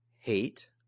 hate